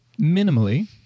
minimally